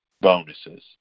bonuses